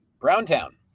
Browntown